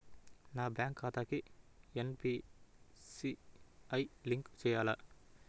నా బ్యాంక్ ఖాతాకి NPCI link చేయాలా?